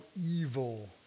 evil